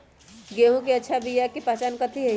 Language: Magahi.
गेंहू के अच्छा बिया के पहचान कथि हई?